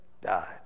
died